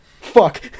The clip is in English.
Fuck